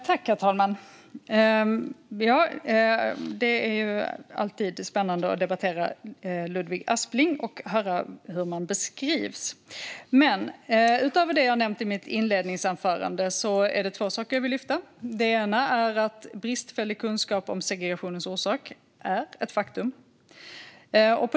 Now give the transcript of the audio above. Herr talman! Det är alltid spännande att debattera med Ludvig Aspling och höra hur man beskrivs. Bristfällig kunskap om segregationens orsak är ett faktum.